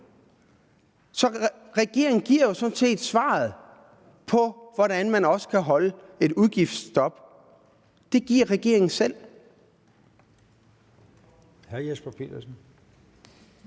Så regeringen giver sådan set svaret på, hvordan man også kan holde et udgiftsstop. Det svar giver regeringen selv.